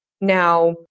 Now